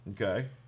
Okay